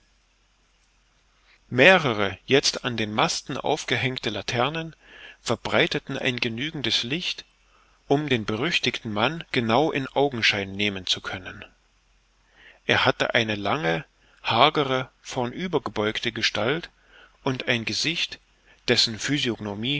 mehrere jetzt an den masten aufgehängte laternen verbreiteten ein genügendes licht um den berüchtigten mann genau in augenschein nehmen zu können er hatte eine lange hagere vornüber gebeugte gestalt und ein gesicht dessen